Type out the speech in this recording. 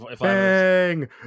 Bang